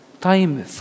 time